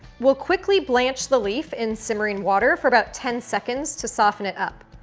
we'll quickly blanch the leaf in simmering water for about ten seconds to soften it up.